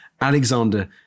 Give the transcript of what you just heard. Alexander